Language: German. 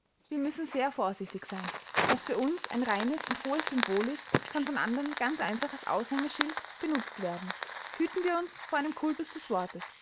wir müssen sehr vorsichtig sein was für uns ein reines und hohes symbol ist kann von andern ganz einfach als aushängeschild benutzt werden hüten wir uns vor einem kultus des wortes